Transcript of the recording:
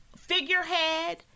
figurehead